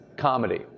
Comedy